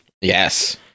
Yes